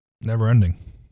Never-ending